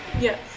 Yes